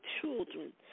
children